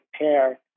pair